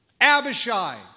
Abishai